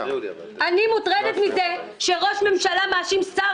אני מוטרדת מזה שראש ממשלה מאשים שר